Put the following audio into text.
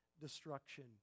destruction